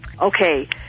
Okay